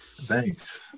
Thanks